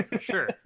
sure